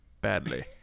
Badly